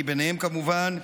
ואני ביניהם כמובן,